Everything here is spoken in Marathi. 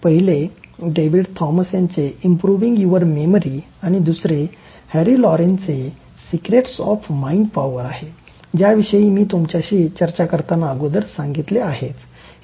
पहिले डेव्हिड थॉमस याचे इम्पृव्हिंग युवर मेमरी आणि दुसरे हॅरी लॉरेनचे सिक्रेट्स ऑफ माइंड पॉवर आहे ज्याच्याविषयी मी तुमच्याशी चर्चा करताना अगोदर सांगितले आहेच